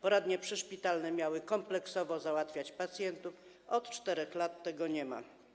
Poradnie przyszpitalne miały kompleksowo załatwiać pacjentów, a od 4 lat tego nie ma.